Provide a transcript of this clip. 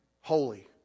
holy